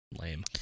Lame